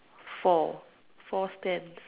four four stands